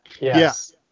Yes